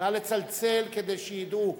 נא לצלצל כדי שידעו.